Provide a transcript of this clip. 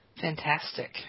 Fantastic